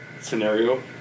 scenario